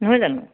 নহয় জানো